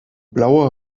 blauer